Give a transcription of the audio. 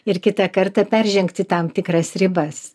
ir kitą kartą peržengti tam tikras ribas